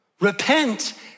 repent